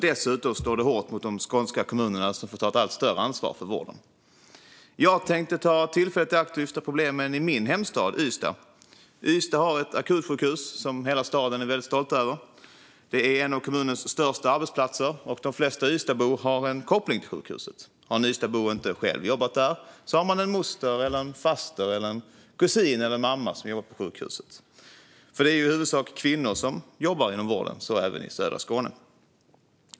Dessutom slår det hårt mot de skånska kommunerna, som får ta ett allt större ansvar för vården. Jag tänkte ta tillfället i akt att lyfta fram problemen i min hemstad Ystad. Ystad har ett akutsjukhus som hela staden är väldigt stolt över. Det är en av kommunens största arbetsplatser. De flesta Ystadsbor har en koppling till sjukhuset. Har en Ystadsbo inte själv jobbat där så har man en moster, en faster, en kusin eller en mamma som har jobbat på sjukhuset. Det är i huvudsak kvinnor som jobbar inom vården, och så även i södra Skåne.